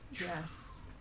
Yes